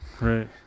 Right